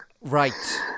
right